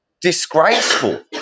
disgraceful